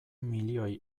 milioi